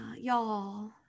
y'all